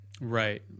right